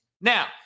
Now